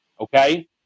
okay